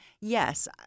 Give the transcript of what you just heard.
Yes